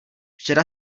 včera